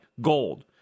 gold